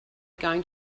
going